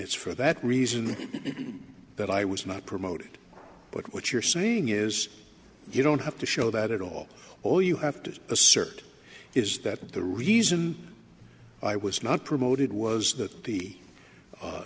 it's for that reason that i was not promoted but what you're saying is you don't have to show that at all or you have to assert is that the reason i was not promoted was that the